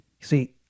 See